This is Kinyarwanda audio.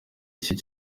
iki